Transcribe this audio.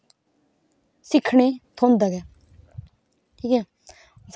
सिक्खने गी थ्होंदा गै ऐ ठीक ऐ